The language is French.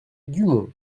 dumont